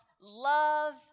love